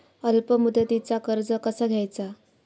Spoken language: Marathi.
अल्प मुदतीचा कर्ज कसा घ्यायचा?